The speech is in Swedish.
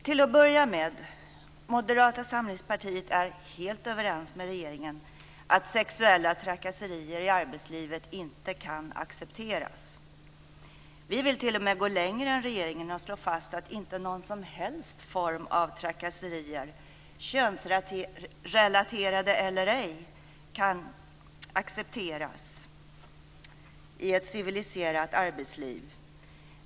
Till att börja med är Moderata samlingspartiet helt överens med regeringen om att sexuella trakasserier i arbetslivet inte kan accepteras. Vi vill t.o.m. gå längre än regeringen och slå fast att inte någon som helst form av trakasserier, könsrelaterade eller ej, kan accepteras i ett civiliserat arbetsliv.